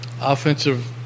offensive